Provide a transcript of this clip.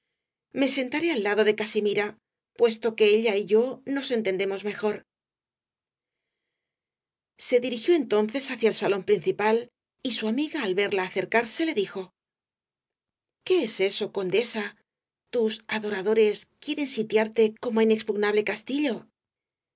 me sentaré al lado de casimira puesto que ella y yo nos entendemos mejor se dirigió entonces hacia el salón principal y su amiga al verla acercarse le dijo qué es eso condesa tus adoradores quieren sitiarte como á inexpugnable castillo